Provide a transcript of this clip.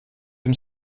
dem